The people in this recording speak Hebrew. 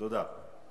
תודה.